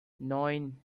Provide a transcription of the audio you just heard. neun